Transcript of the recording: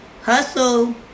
hustle